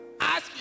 ask